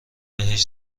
بهش